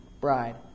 bride